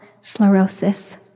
sclerosis